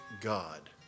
God